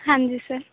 ਹਾਂਜੀ ਸਰ